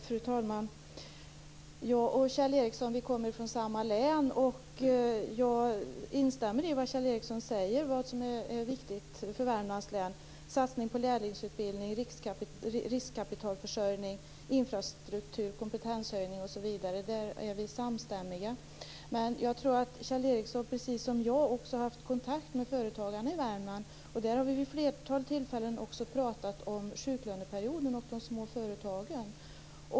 Fru talman! Jag och Kjell Ericsson kommer från samma län, och jag instämmer i vad han säger om vad som är viktigt för Värmlands län - satsning på lärlingsutbildning, riskkapitalförsörjning, infrastruktur, kompetenshöjning osv. Där är vi samstämmiga. Men jag tror att Kjell Ericsson precis som jag också har haft kontakt med företagarna i Värmland. Vi har vid flertalet tillfällen också pratat om sjuklöneperiden och de små företagen.